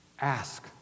ask